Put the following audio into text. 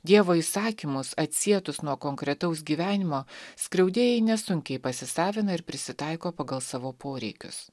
dievo įsakymus atsietus nuo konkretaus gyvenimo skriaudėjai nesunkiai pasisavina ir prisitaiko pagal savo poreikius